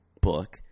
book